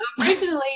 Originally